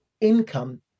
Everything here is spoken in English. income